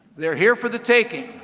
they're here for the taking.